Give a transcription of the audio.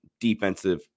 defensive